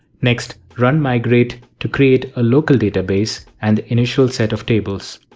next run migrate to create a local database and the initial set of table.